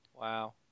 Wow